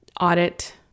audit